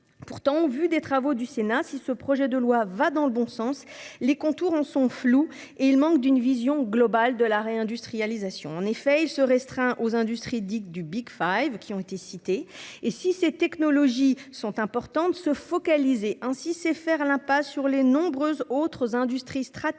Pourtant, au vu des travaux du Sénat, si ce projet de loi va dans le bon, ses contours sont flous et il manque d'une vision globale de la réindustrialisation. En effet, il se restreint aux industries du, qui ont été citées. Se focaliser sur ces technologies, qui sont certes importantes, c'est faire l'impasse sur les nombreuses autres industries stratégiques